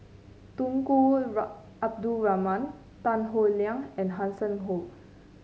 Tunku Abdul Rahman Tan Howe Liang and Hanson Ho